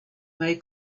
may